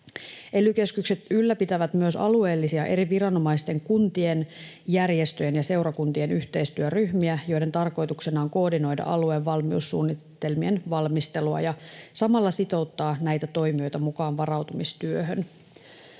Ely-keskukset ylläpitävät myös alueellisia eri viranomaisten, kuntien, järjestöjen ja seurakuntien yhteistyöryhmiä, joiden tarkoituksena on koordinoida alueen valmiussuunnitelmien valmistelua ja samalla sitouttaa näitä toimijoita mukaan varautumistyöhön.